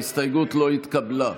ההסתייגות לא התקבלה.